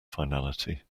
finality